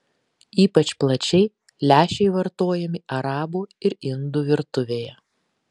ypač plačiai lęšiai vartojami arabų ir indų virtuvėje